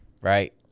Right